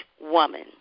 woman